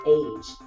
age